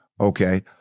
Okay